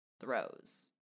throws